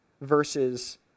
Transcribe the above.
versus